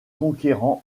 conquérant